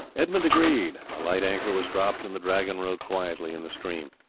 edmund agreed, a light anchor was dropped, and the dragon rode quietly in the stream.